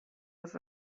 was